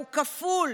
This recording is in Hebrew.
אז מי קובע כאן?